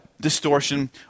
distortion